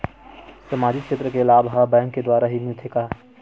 सामाजिक क्षेत्र के लाभ हा बैंक के द्वारा ही मिलथे का?